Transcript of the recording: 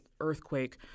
earthquake